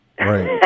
Right